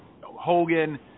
Hogan